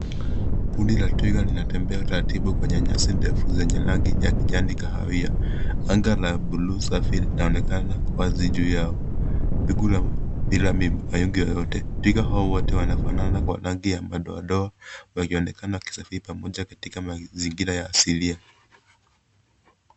Kundi la twiga lina tembea taratibu kwenye nyasi ndefu zenye rangi ya kijani kahawia. Angaa la bluu safi yaonekana wazi bila mawingu yoyote. Twiga hawa wanafanana kwa mataotoa wakionekana wakisafiri pamoja katika mazingira ya asilia.